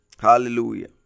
Hallelujah